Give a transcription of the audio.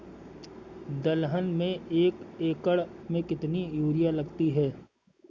दलहन में एक एकण में कितनी यूरिया लगती है?